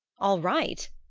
all right?